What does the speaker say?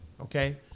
Okay